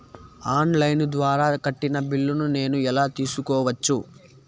On line ద్వారా కట్టిన బిల్లును నేను ఎలా తెలుసుకోవచ్చు?